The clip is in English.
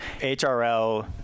HRL-